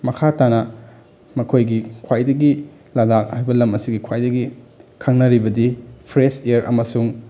ꯃꯈꯥ ꯇꯥꯅ ꯃꯈꯣꯏꯒꯤ ꯈ꯭ꯋꯥꯏꯗꯒꯤ ꯂꯗꯥꯛ ꯍꯥꯏꯕ ꯂꯝ ꯑꯁꯤꯒꯤ ꯈ꯭ꯋꯥꯏꯗꯒꯤ ꯈꯪꯅꯔꯤꯕꯗꯤ ꯐ꯭ꯔꯦꯁ ꯏꯌꯥꯔ ꯑꯃꯁꯨꯡ